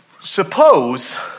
suppose